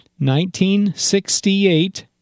1968